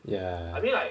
ya